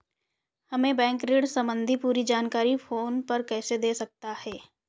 हमें बैंक ऋण संबंधी पूरी जानकारी फोन पर कैसे दे सकता है?